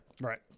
Right